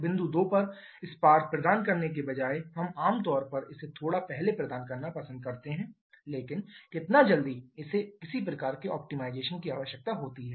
बिंदु 2 पर स्पार्क प्रदान करने के बजाय हम आम तौर पर इसे थोड़ा पहले प्रदान करना पसंद करते हैं लेकिन कितना जल्दी इसे किसी प्रकार के ऑप्टिमाइजेशन की आवश्यकता होती है